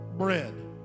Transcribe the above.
bread